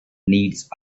needs